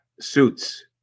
suits